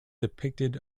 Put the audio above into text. depicted